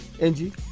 angie